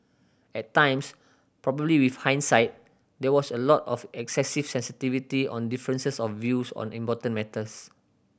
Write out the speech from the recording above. at times probably with hindsight there was a lot of excessive sensitivity on differences of views on important matters